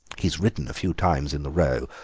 he's ridden a few times in the row,